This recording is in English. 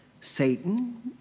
Satan